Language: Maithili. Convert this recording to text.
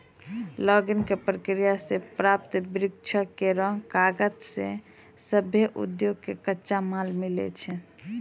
लॉगिंग क प्रक्रिया सें प्राप्त वृक्षो केरो कागज सें सभ्भे उद्योग कॅ कच्चा माल मिलै छै